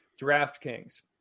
DraftKings